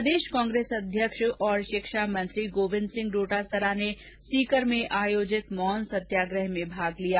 प्रदेश कांग्रेस अध्यक्ष और शिक्षा मंत्री गोविन्द सिंह डोटासरा ने सीकर में आयोजित मौन सत्याग्रह में भाग लिया